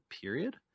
period